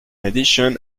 addition